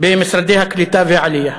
במשרד הקליטה והעלייה,